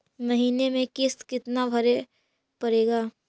महीने में किस्त कितना भरें पड़ेगा?